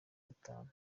gatanu